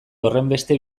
horrenbeste